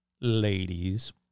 Ladies